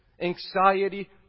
anxiety